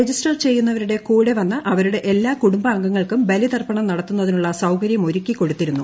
register ചെയ്തുവന്നവരുടെ കൂടെ വന്ന അവരുടെ എല്ലാ കുടുംബാംഗങ്ങൾക്കും ബലിതർപ്പണം നടത്തുന്നതിനുള്ള സൌകരൃമൊരുക്കി കൊടുത്തിരുന്നു